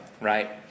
right